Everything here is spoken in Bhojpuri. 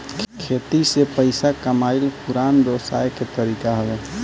खेती से पइसा कमाइल पुरान व्यवसाय के तरीका हवे